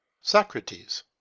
Socrates